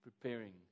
preparing